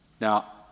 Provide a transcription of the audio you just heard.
Now